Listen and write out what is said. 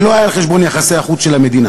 זה לא היה על חשבון יחסי החוץ של המדינה,